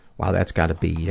wow, that's gotta be